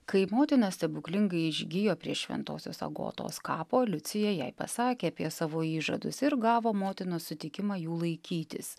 kai motina stebuklingai išgijo prie šventosios agotos kapo liucija jai pasakė apie savo įžadus ir gavo motinos sutikimą jų laikytis